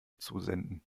zusenden